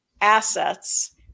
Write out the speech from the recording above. assets